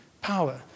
power